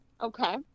Okay